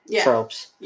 tropes